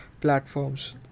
platforms